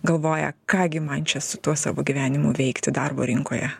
galvoja ką gi man čia su tuo savo gyvenimu veikti darbo rinkoje